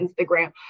Instagram